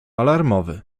alarmowy